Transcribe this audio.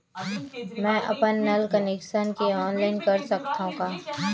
मैं अपन नल कनेक्शन के ऑनलाइन कर सकथव का?